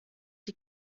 sie